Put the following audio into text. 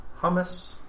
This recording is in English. hummus